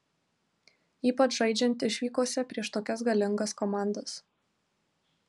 ypač žaidžiant išvykose prieš tokias galingas komandas